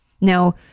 Now